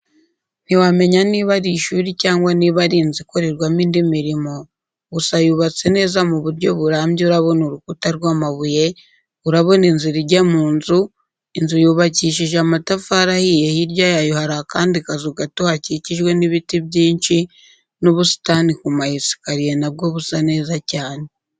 Ntiwamenya niba ari ishuri cyangwa niba ari nzu ikorerwamo indi mirimo gusa yubatse neza mu buryo burambye urabona urukuta rwamabuye, urabona inzira ijya mu nzu, inzu yubakishijwe amatafari ahiye hirya yayo hari akandi kazu gato hakikijwe n'ibiti byinshi, n'ubusitani kumayesikariye na bwo busa neza cyane.